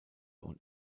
und